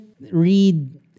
read